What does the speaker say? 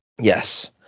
Yes